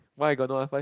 why I got no R-five